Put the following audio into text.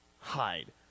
hide